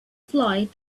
flight